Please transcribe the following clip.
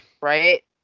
Right